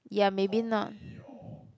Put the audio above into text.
ya maybe not